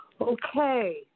Okay